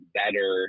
better